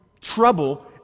trouble